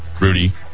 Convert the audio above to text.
rudy